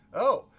oh,